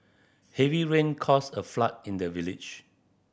heavy rain caused a flood in the village